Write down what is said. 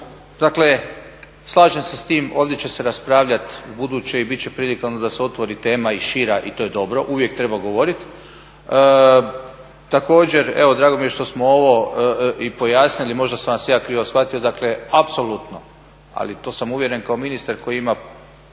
Dakle, slažem se sa time ovdje će se raspravljati ubuduće i biti će prilika onda da se otvori tema i šira i to je dobro, uvijek treba govoriti. Također evo drago mi je što smo ovo i pojasnili, možda sam vas ja krivo shvatio, dakle apsolutno, ali to sam uvjeren kao ministar koji ima